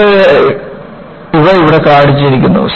ഇവ ഇവിടെ കാണിച്ചിരിക്കുന്നു